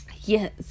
Yes